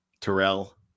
Terrell